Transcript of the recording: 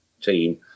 team